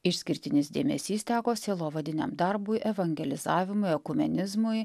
išskirtinis dėmesys teko sielovadiniam darbui evangelizavimui ekumenizmui